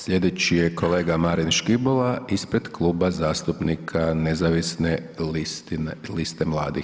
Sljedeći je kolega Marin Škibola ispred Kluba zastupnika Nezavisne liste mladih.